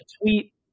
tweet